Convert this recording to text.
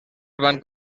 van